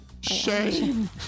shame